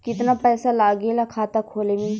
कितना पैसा लागेला खाता खोले में?